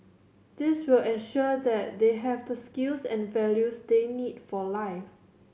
this will ensure that they have the skills and values they need for life